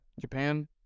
Japan